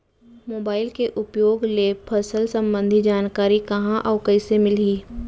Mobile के उपयोग ले फसल सम्बन्धी जानकारी कहाँ अऊ कइसे मिलही?